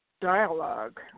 dialogue